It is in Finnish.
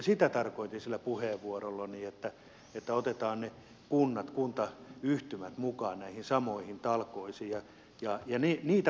sitä tarkoitin sillä puheenvuorollani että otetaan ne kunnat kuntayhtymät mukaan näihin samoihin talkoisiin ja niitä voidaan sitten yhteensovitella